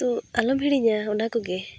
ᱛᱚ ᱟᱞᱚᱢ ᱦᱤᱲᱤᱧᱟ ᱚᱱᱟᱠᱚ ᱜᱮ